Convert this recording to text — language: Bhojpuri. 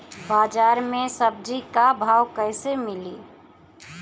बाजार मे सब्जी क भाव कैसे मिली?